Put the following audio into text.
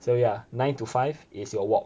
so ya nine to five is your walk